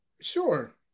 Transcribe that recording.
Sure